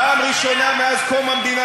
פעם ראשונה מאז קום המדינה.